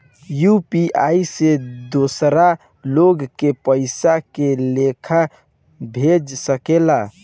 UPI से दोसर लोग के पइसा के लेखा भेज सकेला?